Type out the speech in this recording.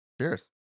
Cheers